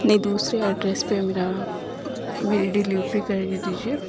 نہیں دوسرے ایڈریس پہ میرا میری ڈیلیوری کر دیجیے